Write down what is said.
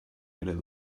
eredu